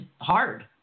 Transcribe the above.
hard